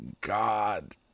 god